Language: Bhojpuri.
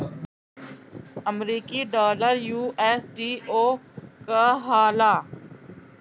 अमरीकी डॉलर यू.एस.डी.ओ कहाला